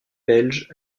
belge